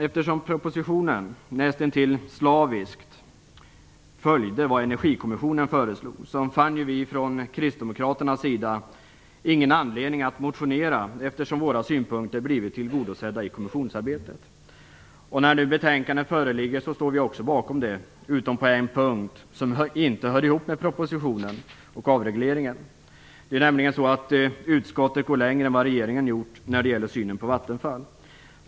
Eftersom propositionen näst intill slaviskt följde vad Energikommissionen föreslog, fann vi från Kristdemokraternas sida ingen anledning att motionera. Våra synpunkter hade blivit tillgodosedda i kommissionsarbetet. När betänkandet nu föreligger ställer vi oss också bakom det, utom på en punkt som inte hör ihop med propositionen och avregleringen. Utskottet går längre än vad regeringen har gjort i synen på Vattenfall.